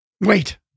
wait